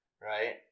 right